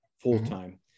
full-time